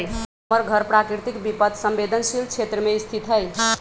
हमर घर प्राकृतिक विपत संवेदनशील क्षेत्र में स्थित हइ